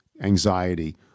anxiety